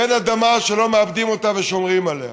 ואין אדמה שלא מעבדים אותה ושומרים עליה.